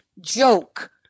joke